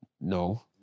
no